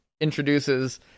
introduces